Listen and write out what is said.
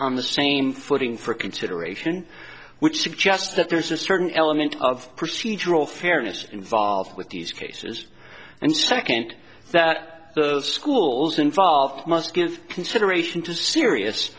on the same footing for consideration which suggests that there's a certain element of procedural fairness involved with these cases and second that the schools involved must give consideration to serious